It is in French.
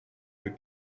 que